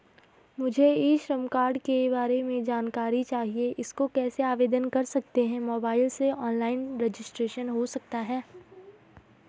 मुझे E Shram card के बारे में जानकारी चाहिए इसको कैसे आवेदन कर सकते हैं मोबाइल से ऑनलाइन रजिस्ट्रेशन हो सकता है?